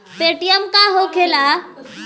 Paytm का होखेला?